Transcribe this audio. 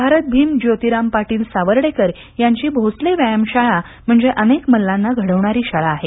भारतभीम ज्योतीराम पाटील सावर्डेकर यांची भोसले व्यायाम शाळा म्हणजे अनेक मल्लांना घडवणारी शाळा आहे